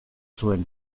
zuen